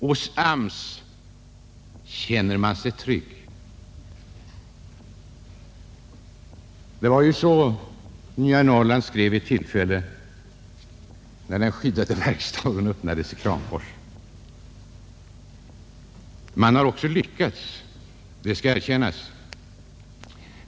”Hos AMS känner man sig trygg” — det var ju så Nya Norrland skrev när den skyddade verkstaden öppnades i Kramfors. Man har lyckats, det skall erkännas.